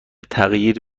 تغییر